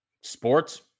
sports